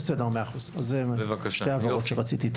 אלה שתי ההבהרות שרציתי.